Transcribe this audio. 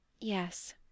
Yes